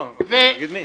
לא, תגיד מי.